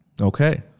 Okay